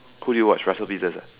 who do you watch Russel-Pieces ah